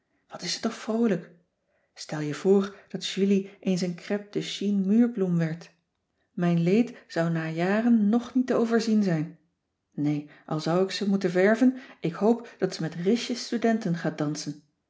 wat is ze toch vroolijk stel je voor dat julie eens een crèpe de chine muurbloem werd mijn leed zou na jaren nog niet te overzien zijn nee al zou ik ze moeten werven ik hoop dat ze met risjes studenten gaat dansen